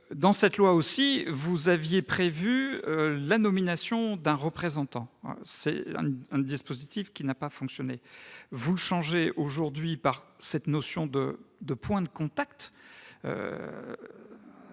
dans cette loi aussi, vous aviez prévu la nomination d'un représentant. Or ce dispositif n'a pas fonctionné. Vous le remplacez aujourd'hui par la notion de « point de contact